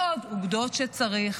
ועוד אוגדות שצריך.